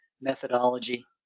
methodology